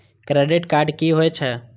Credit card की होय छै?